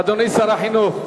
אדוני שר החינוך,